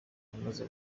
yamaze